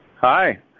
Hi